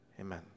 Amen